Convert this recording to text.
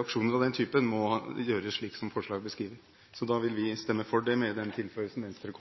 aksjoner av den typen må gjøre slik som forslaget beskriver. Vi vil stemme for forslaget, med den tilføyelsen Venstre